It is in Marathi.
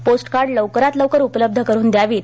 पोस्टकार्ड लवकरात लवकर उपलब्ध करून द्यावीत